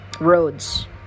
roads